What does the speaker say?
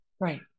Right